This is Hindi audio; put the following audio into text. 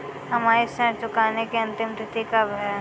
हमारी ऋण चुकाने की अंतिम तिथि कब है?